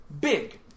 big